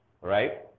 Right